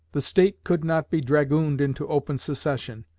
the state could not be dragooned into open secession,